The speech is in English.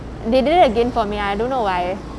they did it again for me I don't know why